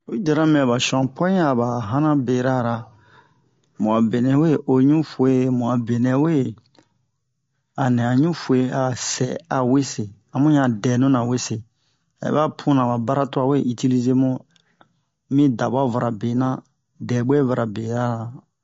Oyi diara me ba shonpu'in a ba hanan bera ra mu'a benɛ we o ɲufu'e mu a benɛ we a nɛ a ɲufu'e a sɛ a wese a mu yan dɛnuna wese hɛ ba puna ba bara twa we itilize mu mi dabavara bena dɛbu'e-vara bera ra